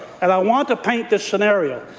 and i want to paint this scenario.